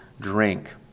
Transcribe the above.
drink